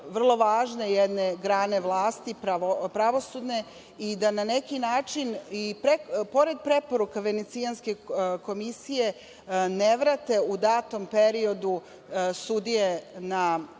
vrlo važne jedne grane vlasti – pravosudne i da na neki način i pored preporuka venecijanske komisije ne vrate u datom periodu sudije na